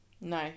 No